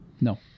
No